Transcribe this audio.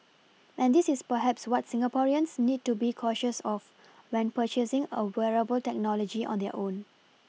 and this is perhaps what Singaporeans need to be cautious of when purchasing a wearable technology of their own